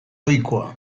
ohikoa